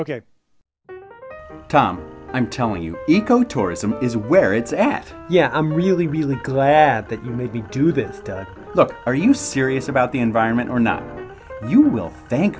ok tom i'm telling you eco tourism is where it's at yeah i'm really really glad that you made me do this book are you serious about the environment or not you will